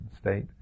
state